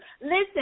Listen